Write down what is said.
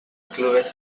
clubes